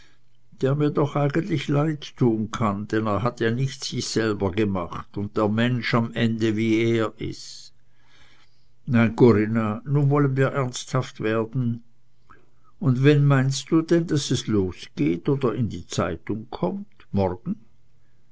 der mir doch eigentlich leid tun kann denn er hat sich ja nich selber gemacht un der mensch is am ende wie er is nein corinna nu wollen wir ernsthaft werden und wenn meinst du denn daß es losgeht oder in die zeitung kommt morgen